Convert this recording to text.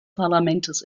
parlaments